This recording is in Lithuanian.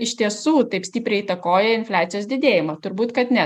iš tiesų taip stipriai įtakoja infliacijos didėjimą turbūt kad ne